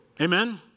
Amen